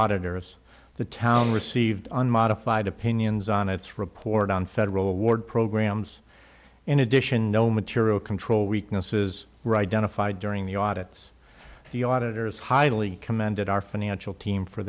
auditors the town received unmodified opinions on its report on federal award programs in addition no material control weaknesses were identified during the audits the auditors highly commended our financial team for